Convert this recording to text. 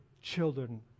children